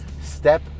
step